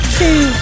two